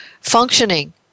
functioning